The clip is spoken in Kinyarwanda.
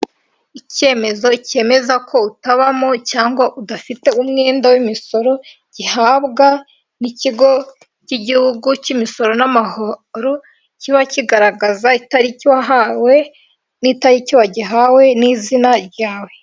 Icyemezo cyemeza ko utabamo cyangwa udafite umwenda w'imisoro, gihabwa n'ikigo cy'igihugu cy'imisoro n'amahoro, kiba kigaragaza itariki wahawe, n'itariki wagihawe, n'izina ryawe.